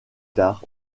tard